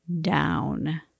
down